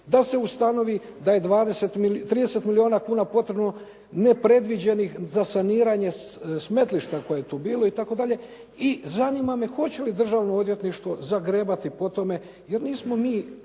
da se ustanovi da je 30 milijuna kuna potrebno nepredviđenih za saniranje smetlišta koje je tu bilo i tako dalje i zanima me hoće li Državno odvjetništvo zagrebati po tome jer nismo mi